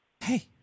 Hey